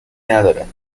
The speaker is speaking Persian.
نداره